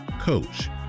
coach